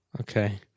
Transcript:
Okay